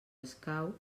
escau